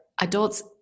adults